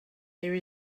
there